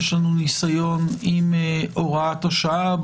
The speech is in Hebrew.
יש לנו ניסיון עם הוראת השעה.